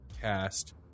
cast